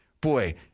Boy